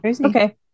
Okay